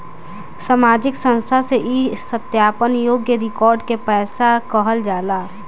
सामाजिक संस्था से ई सत्यापन योग्य रिकॉर्ड के पैसा कहल जाला